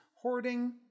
Hoarding